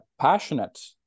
passionate